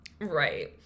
Right